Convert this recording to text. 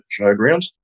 showgrounds